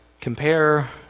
compare